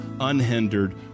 unhindered